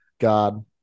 God